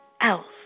else